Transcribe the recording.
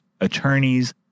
attorneys